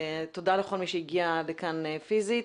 תודה לכל מי שהגיע לכאן פיזית.